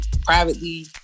privately